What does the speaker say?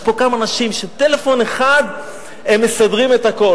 יש פה כמה אנשים שטלפון אחד, הם מסדרים את הכול.